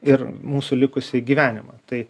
ir mūsų likusį gyvenimą tai